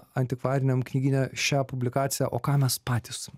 antikvariniam knygyne šią publikaciją o ką mes patys